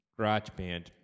GarageBand